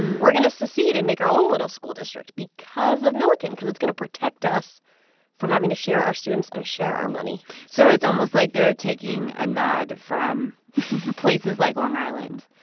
we're going to secede and make our own little school district because of milliken, cause it's going to protect us from having to share our students and share our money so it's almost like they're taking a nod from places like long island,